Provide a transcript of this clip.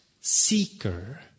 seeker